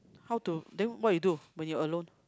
how to then what you do when you alone